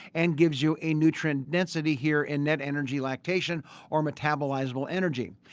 and gives you a nutrient density here and net energy lactation or metabolizable energy.